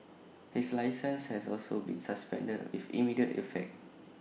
his licence has also been suspended with immediate effect